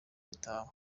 bitaba